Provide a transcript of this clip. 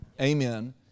Amen